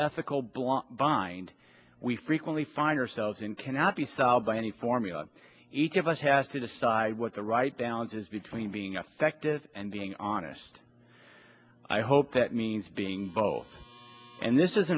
ethical blah bind we frequently find ourselves in cannot be solved by any formula each of us has to decide what the right balance is between being affective and being honest i hope that means being both and this is